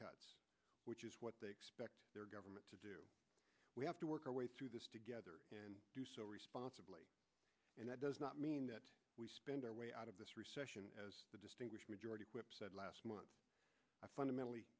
cuts which is what they expect their government to do we have to work our way through this together responsibly and that does not mean that we spend our way out of this recession as the distinguished majority whip said last month i fundamentally